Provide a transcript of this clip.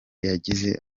yagize